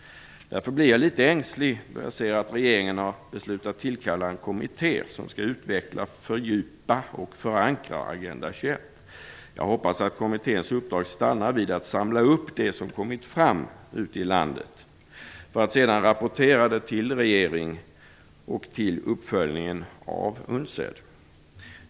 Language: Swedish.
Därför blir jag litet ängslig när jag ser att regeringen har beslutat tillkalla en kommitté som skall utveckla, fördjupa och förankra Agenda 21. Jag hoppas att kommitténs uppdrag stannar vid att samla upp det som kommit fram ute i landet för att sedan rapportera det till regering och till uppföljningen av UNCED.